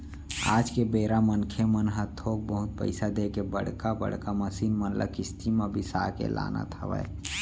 आज के बेरा मनखे मन ह थोक बहुत पइसा देके बड़का बड़का मसीन मन ल किस्ती म बिसा के लानत हवय